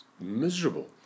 miserable